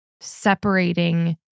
separating